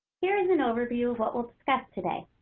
here's an overview of what we'll discuss today.